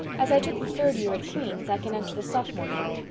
as i took the third year at queen's i can enter the sophomore year.